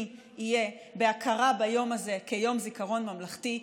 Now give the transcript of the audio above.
יהיה בהכרה ביום הזה כיום זיכרון ממלכתי,